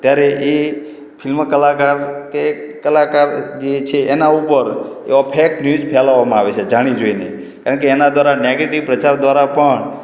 ત્યારે એ ફિલ્મ કલાકાર કે કલાકાર જે છે એના ઉપર એવા ફેક ન્યૂઝ ફેલાવવામાં આવે છે જાણી જોઈને કારણ કે એના દ્વારા નૅગેટિવ પ્રચાર દ્વારા પણ